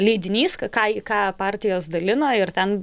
leidinys k ką į ką partijos dalina ir ten